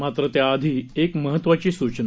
मात्र त्याआधी एक महत्वाची सूचना